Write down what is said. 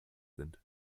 sind